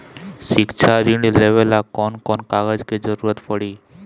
शिक्षा ऋण लेवेला कौन कौन कागज के जरुरत पड़ी?